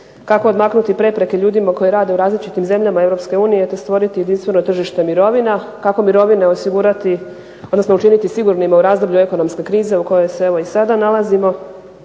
Kako odmaknuti prepreke ljudima koji rade u različitim zemljama EU te stvoriti jedinstveno tržište mirovina. Kako mirovine osigurati, odnosno učiniti sigurnima u razdoblju ekonomske krize u kojoj se evo i sada nalazimo